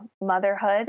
motherhood